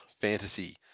fantasy